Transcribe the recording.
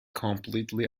completely